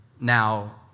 Now